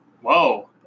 whoa